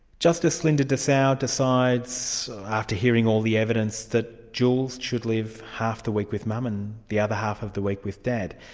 justice linda dessau decides after hearing all the evidence, that jules should live half the week with mum and the other half of the week with dad.